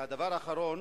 והדבר האחרון,